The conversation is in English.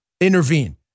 intervene